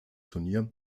turnier